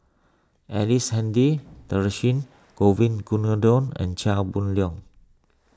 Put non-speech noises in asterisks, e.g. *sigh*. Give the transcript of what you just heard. Ellice Handy *unintelligible* Govin Winodan and Chia Boon Leong